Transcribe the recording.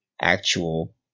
actual